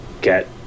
get